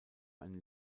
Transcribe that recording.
eine